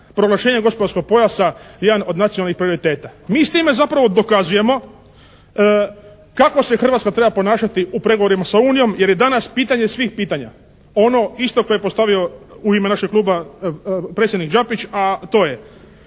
proglašenje gospodarskog pojasa jedan od nacionalnih prioriteta. Mi s time zapravo dokazujemo kako se Hrvatska treba ponašati u pregovorima sa Unijom jer je danas pitanje svih pitanja ono isto koje je postavio u ime našeg Kluba predsjednik Đapić, a to je: